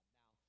now